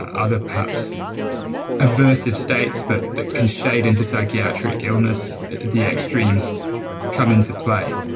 other perhaps aversive states, but that can shade into psychiatric illness at the extremes come into play.